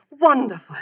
Wonderful